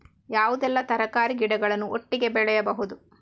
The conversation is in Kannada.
ಯಾವುದೆಲ್ಲ ತರಕಾರಿ ಗಿಡಗಳನ್ನು ಒಟ್ಟಿಗೆ ಬೆಳಿಬಹುದು?